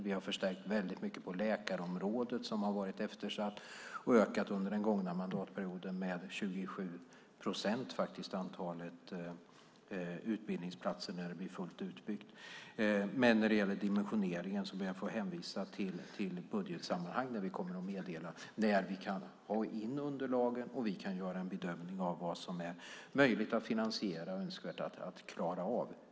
Vi har förstärkt väldigt mycket på läkarområdet, som har varit eftersatt, och under den gångna mandatperioden ökat antalet utbildningsplatser med 27 procent när det är fullt utbyggt. När det gäller dimensioneringen ber jag dock att få hänvisa till budgetsammanhang, där vi kommer att meddela när vi kan ha in under lagen och göra en bedömning av vad som är möjligt att finansiera och önskvärt att klara av.